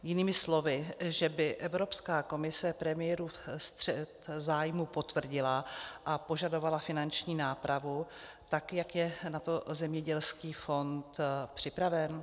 Jinými slovy, že by Evropská komise premiérův střet zájmů potvrdila a požadovala finanční nápravu tak jak je na to zemědělský fond připraven?